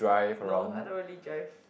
no I don't really drive